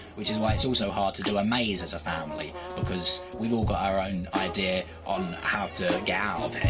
which is why it's also hard to do a maze as a family, because we've all got our own idea on how to get